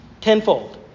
Tenfold